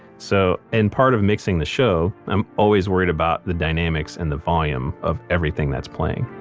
so in part of mixing the show, i'm always worried about the dynamics and the volume of everything that's playing